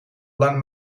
lang